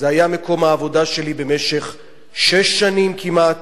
זה היה מקום העבודה שלי במשך שש שנים כמעט.